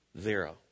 zero